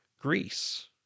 Greece